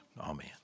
Amen